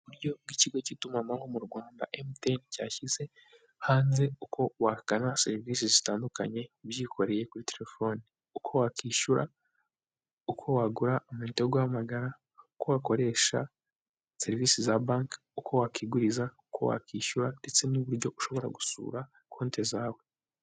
Uburyo bw'ikigo cy'itumanaho mu Rwanda Emutiyeni cyashyize hanze uko wagana serivisi zitandukanye ubyikoreye kuri telefoni uko wakwishyura ,uko wagura ama unite yo guhamagara ,uko wakoresha serivisi za banki ,uko wakwiguriza ,uko wakwishyura ndetse n'uburyo ushobora gusura konti zawe.